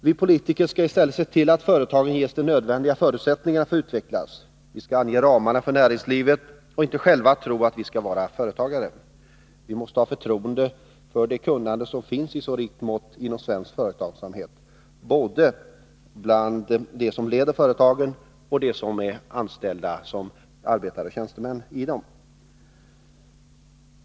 Vi politiker skall i stället se till att företagen ges de nödvändiga förutsättningarna för att kunna utvecklas. Vi skall ange ramarna för näringslivet och inte tro att vi själva kan vara företagare. Vi måste ha förtroende för det kunnande som finns i så rikt mått inom svensk företagsamhet, både hos dem som leder företagen och hos arbetare och tjänstemän.